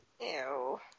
Ew